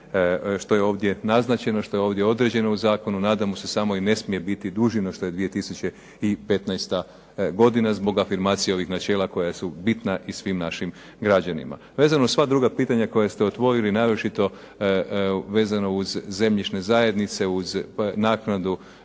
što je ovdje naznačeno, što je ovdje određeno u zakonu. Nadamo se samo i ne smije biti duži no što je 2015. godina zbog afirmacije ovih načela koja su bitna i svim našim građanima. Vezano uz sva druga pitanja koja ste otvoriti naročito vezano uz zemljišne zajednice, uz naknadu,